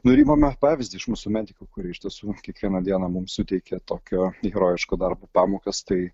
nu ir imame pavyzdį iš mūsų medikų kurie iš tiesų kiekvieną dieną mums suteikė tokio herojiško darbo pamokas tai